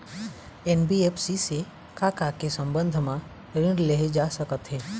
NBFC से का का के संबंध म ऋण लेहे जा सकत हे?